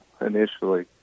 initially